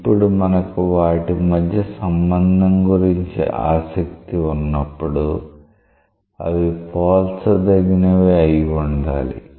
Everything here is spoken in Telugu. ఇప్పుడు మనకు వాటి మధ్య సంబంధం గురించి ఆసక్తి ఉన్నప్పుడు అవి పోల్చదగినవి అయి ఉండాలి